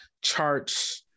charts